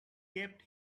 kept